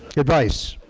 advice,